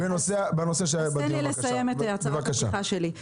תן לי לסיים את הדברים שלי.